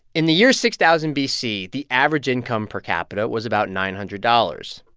in the year six thousand b c, the average income per capita was about nine hundred dollars.